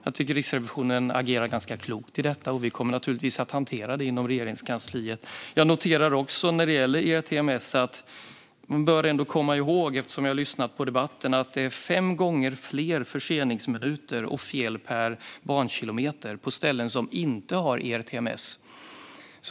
Jag tycker att Riksrevisionen agerar ganska klokt i detta, och vi kommer naturligtvis att hantera det inom Regeringskansliet. När det gäller ERTMS bör man ändå komma ihåg, eftersom jag har lyssnat på debatten, att det är fem gånger fler förseningsminuter och fel per bankilometer på ställen som inte har ERTMS.